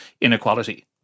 inequality